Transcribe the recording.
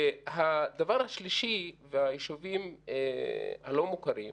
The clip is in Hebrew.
הדבר השלישי הוא היישובים הלא מוכרים.